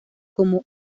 como